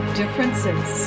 differences